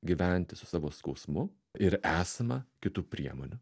gyventi su savo skausmu ir esama kitų priemonių